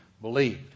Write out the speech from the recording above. believed